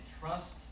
trust